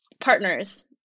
partners